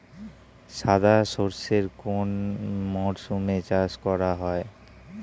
সাদা সর্ষে কোন মরশুমে চাষ করা হয়?